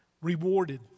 Rewarded